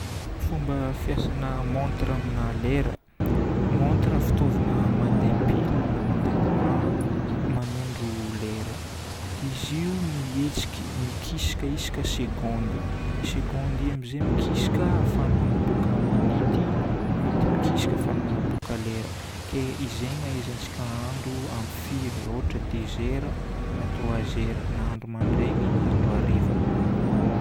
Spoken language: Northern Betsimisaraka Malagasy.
Fomba fiasana montre amina lera. Montre fitaovagna mandeha pile na mandeha courant manondro lera. Izy io mihetsiky mikisaka isaka segôndy. Segôndy io amin'izay mikisaka ahafahany magnaboaka minity. Minity mikisaka ahafahany magnaboaka lera. Ke izegny ahaizantsika andro amin'ny firy, ohatra deux heures na trois heures, na andro mandraigny na andro hariva.